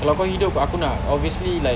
kalau kau hidup aku nak obviously like